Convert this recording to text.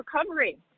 recovery